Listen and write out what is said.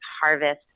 harvest